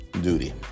duty